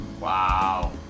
Wow